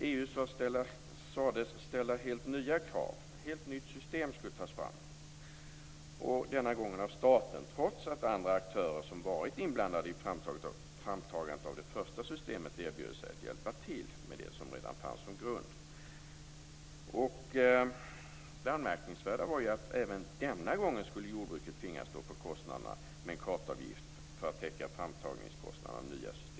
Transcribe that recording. EU sades ställa helt nya krav. Ett helt nytt system skulle tas fram - denna gång av staten, trots att andra aktörer som varit inblandade i framtagandet av det första systemet erbjöd sig att hjälpa till, med det som redan fanns som grund. Det anmärkningsvärda var att även denna gång skulle jordbruket tvingas stå för kostnaderna. En kartavgift skulle täcka framtagningskostnaderna av det nya systemet.